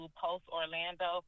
post-Orlando